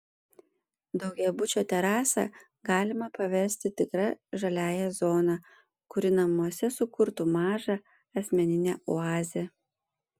daugiabučio terasą galima paversti tikra žaliąja zona kuri namuose sukurtų mažą asmeninę oazę